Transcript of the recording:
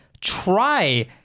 try